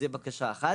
זה בקשה אחת.